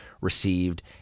received